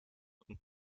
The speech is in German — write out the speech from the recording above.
und